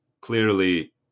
clearly